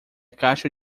caixa